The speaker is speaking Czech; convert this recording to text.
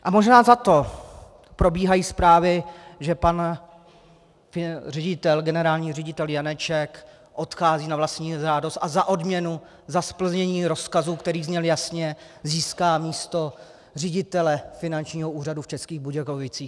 A možná za to probíhají zprávy, že pan generální ředitel Janeček odchází na vlastní žádost a za odměnu, za splnění rozkazu, který zněl jasně, získá místo ředitele Finančního úřadu v Českých Budějovicích.